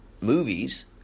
movies